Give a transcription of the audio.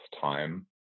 time